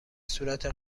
صورت